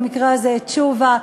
במקרה הזה את תשובה,